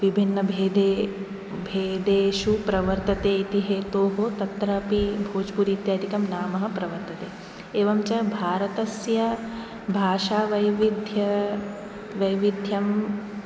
विभिन्नभेदे भेदेषु प्रवर्तते इति हेतोः तत्रापि भोज्पुरी इत्यादिकं नामः प्रवर्तते एवञ्च भारतस्य भाषावैविध्य वैविध्यम्